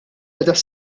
qiegħda